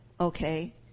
okay